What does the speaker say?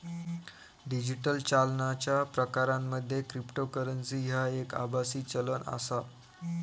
digital चालनाच्या प्रकारांमध्ये cryptocurrency ह्या एक आभासी चलन आसा